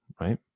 right